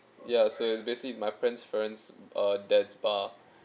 ya so it's basically my friend's parents uh jazz bar